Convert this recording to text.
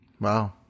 Wow